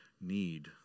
need